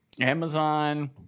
Amazon